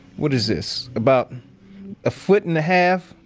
what is this about a foot and a half,